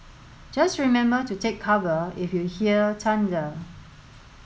just remember to take cover if you hear thunder